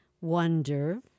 wonder